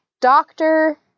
doctor